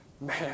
Man